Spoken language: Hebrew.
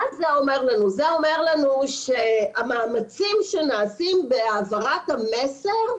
זה אומר לנו שהמאמצים שנעשים בהעברת המסר,